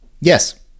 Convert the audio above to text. Yes